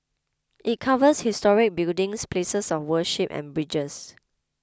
it covers historic buildings places of worship and bridges